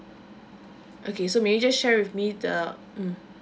okay so maybe just share with me the mm